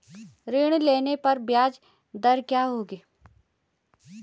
ऋण लेने पर ब्याज दर क्या रहेगी?